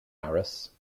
amhras